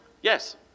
Yes